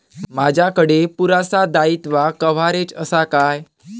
माजाकडे पुरासा दाईत्वा कव्हारेज असा काय?